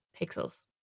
pixels